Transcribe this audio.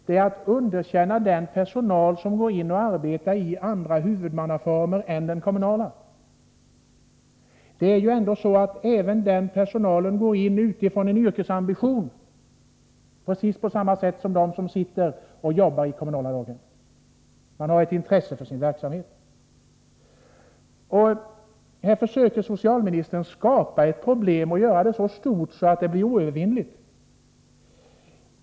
Det är att underkänna den personal som går in och arbetar i andra huvudmannaformer än den kommunala. Även den personalen arbetar utifrån en yrkesambition, precis på samma sätt som de som jobbar i kommunala daghem. De har ett intresse för sin verksamhet. Socialministern försöker att skapa ett problem och göra det så stort att det blir oövervinneligt.